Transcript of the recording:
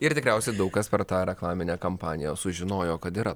ir tikriausiai daug kas per tą reklaminę kampaniją sužinojo kad yra